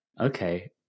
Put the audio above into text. Okay